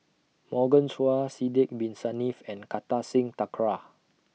Morgan Chua Sidek Bin Saniff and Kartar Singh Thakral